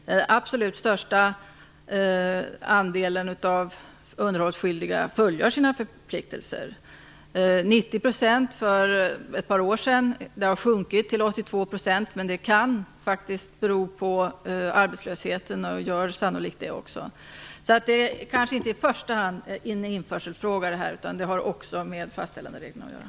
Den absolut största andelen av underhållsskyldiga fullgör sina förpliktelser - 90 % för ett par år sedan. Andelen har sjunkit till 82%, men det kan bero på arbetslösheten, och gör det sannolikt. Det är i första hand inte fråga om införselregler utan också om fastställande av skyldighet.